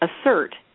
assert